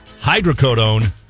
Hydrocodone